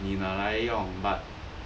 你拿来用 but